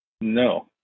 No